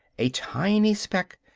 a tiny speck,